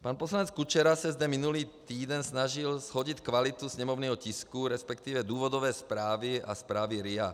Pan poslanec Kučera se zde minulý týden snažil shodit kvalitu sněmovního tisku, respektive důvodové zprávy a zprávy RIA.